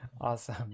Awesome